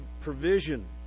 provision